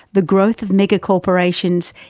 the growth of mega corporations,